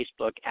Facebook